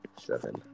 Seven